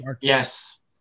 Yes